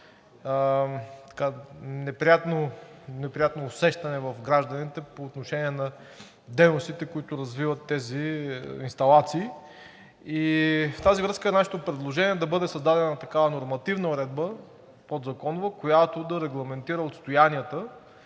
неприятно усещане в гражданите по отношение на дейностите, които развиват тези инсталации. В тази връзка нашето предложение е да бъде създадена такава нормативна подзаконова уредба, която да регламентира отстоянията